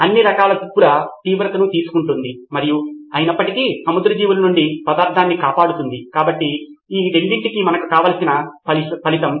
అందువల్ల మీకు ఈ అప్లికషన్ ప్రత్యేకంగా ఉంటుంది నేను అప్లికషన్ అనే పదాన్ని చెప్తున్నాను కాని మంచి నిబంధనలు లేనందున ఇది ప్రధానంగా నోట్స్ తీసుకోవడం మరియు పంచుకోవడం కోసం ఉంటుంది